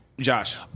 Josh